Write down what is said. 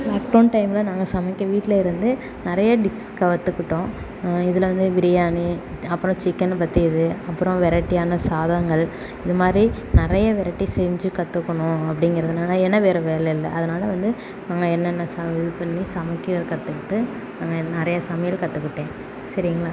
lockdown டைமில் நாங்கள் சமைக்க வீட்ட்ல் இருந்து நிறைய டிஸ் கற்றுக்கிட்டோம் இதில் வந்து பிரியாணி அப்புறம் சிக்கெனை பற்றியது அப்புறம் வெரைட்டியான சாதங்கள் இதுமாதிரி நிறைய வெரைட்டி செஞ்சு கற்றுக்கணும் அப்படிங்கறதுனால ஏனால் வேறு வேலையில்ல அதனாலே வந்து நான் என்னென்ன ச இது பண்ணி சமைக்க கற்றுக்கிட்டு நான் நிறைய சமையல் கற்றுக்கிட்டேன் சரிங்களா